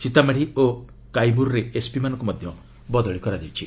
ସୀତାମାଢ଼ି ଓ କାଇମ୍ରରେ ଏସ୍ପିଙ୍କୁ ମଧ୍ୟ ବଦଳି କରାଯାଇଛି